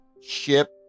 ship